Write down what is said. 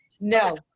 No